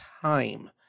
time